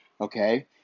Okay